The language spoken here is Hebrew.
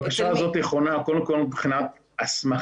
הבקשה הזאת חונה קודם כל מבחינת הסמכה,